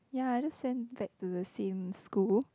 ya I just send back to the same school